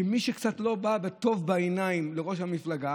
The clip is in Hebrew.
שמי שקצת לא בא בטוב בעיניים לראש המפלגה,